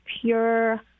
pure